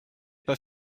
pas